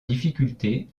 difficulté